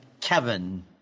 Kevin